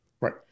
Right